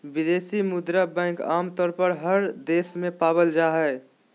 विदेशी मुद्रा बैंक आमतौर पर हर देश में पावल जा हय